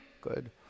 good